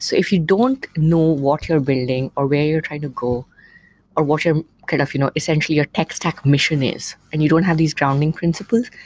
so if you don't know what your building or where you're trying to go or what kind of you know essentially your tech stack mission is and you don't have these grounding principles,